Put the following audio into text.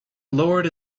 lowered